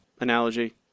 analogy